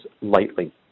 lightly